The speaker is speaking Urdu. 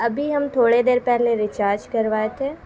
ابھی ہم تھوڑے دیر پہلے ریچارج کروائے تھے